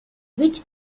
which